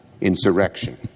insurrection